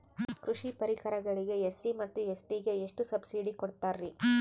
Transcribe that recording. ಕೃಷಿ ಪರಿಕರಗಳಿಗೆ ಎಸ್.ಸಿ ಮತ್ತು ಎಸ್.ಟಿ ಗೆ ಎಷ್ಟು ಸಬ್ಸಿಡಿ ಕೊಡುತ್ತಾರ್ರಿ?